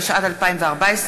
התשע"ד 2014,